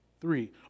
Three